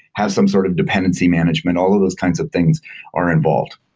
have some sort of dependency management, all of those kinds of things are involved.